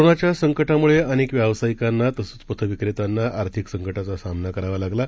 corona विषाणूच्या संकटामुळे अनेक व्यावसायिकांना तसंच पथविक्रेत्यांना आर्थिक संकटाचा सामना करावा लागला